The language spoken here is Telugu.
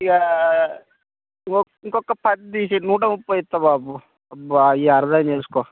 ఇక ఇంకో ఇంకొక పది తీసేయి నూట ముప్పై ఇస్తా బాపు అబ్బా ఇక అర్థం చేసుకో